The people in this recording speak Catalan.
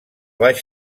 baix